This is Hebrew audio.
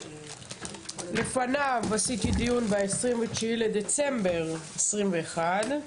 לפניו עשיתי דיון ב-29 לדצמבר 21,